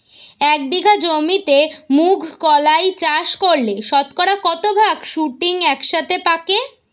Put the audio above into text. এক বিঘা জমিতে মুঘ কলাই চাষ করলে শতকরা কত ভাগ শুটিং একসাথে পাকে?